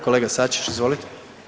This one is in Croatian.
Kolega SAčić izvolite.